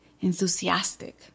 enthusiastic